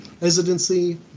residency